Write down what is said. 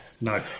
No